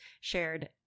shared